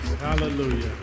Hallelujah